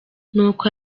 nuko